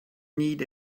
need